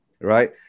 right